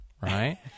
Right